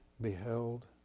beheld